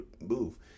move